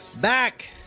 Back